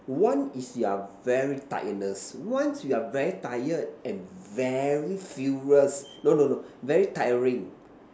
one is you're very tiredness once you're very tired and very furious no no no very tiring